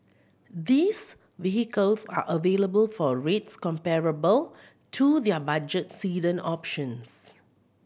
these vehicles are available for rates comparable to their budget sedan options